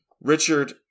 Richard